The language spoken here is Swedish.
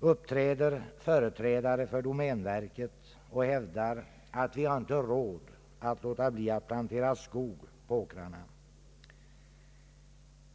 uppträder företrädare för domänverket och hävdar att vi inte har råd att låta bli att plantera skog på åkrarna.